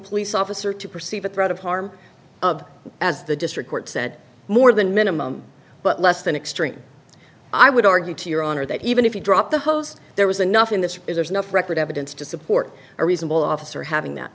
police officer to perceive a threat of harm of as the district court said more than minimum but less than extreme i would argue to your honor that even if you drop the hose there was enough in this is there's enough record evidence to support a reasonable officer having